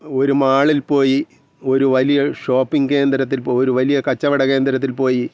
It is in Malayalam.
ഒരു മാളിൽ പോയി ഒരു വലിയ ഷോപ്പിങ്ങ് കേന്ദ്രത്തിൽ പോയി ഒരു വലിയ കച്ചവട കേന്ദ്രത്തിൽ പോയി